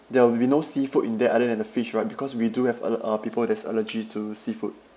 there will be be no seafood in there other than the fish right because we do have other uh people that's allergic to seafood